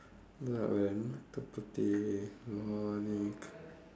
வேறே என்னத்த பத்தி:veeree ennaththa paththi